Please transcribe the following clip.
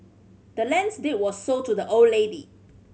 the land's deed was sold to the old lady